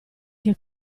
che